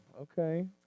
Okay